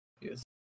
Yes